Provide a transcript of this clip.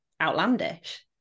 outlandish